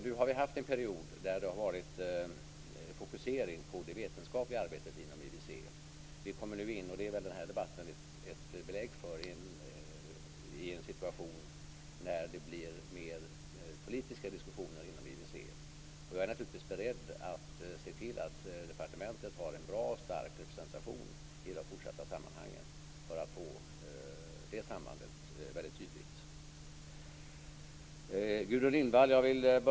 Nu har vi haft en period då det varit en fokusering på det vetenskapliga arbetet inom IWC. Vi kommer nu, och det är väl denna debatt ett belägg för, in i en situation där det blir mer politiska diskussioner inom IWC. Jag är naturligtvis beredd att se till att departementet fortsatt har en bra och stark representation i de sammanhangen för att få det sambandet väldigt tydligt.